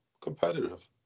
competitive